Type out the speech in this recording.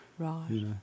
Right